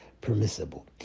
permissible